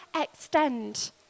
extend